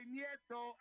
Nieto